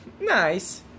Nice